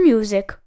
Music